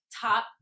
Top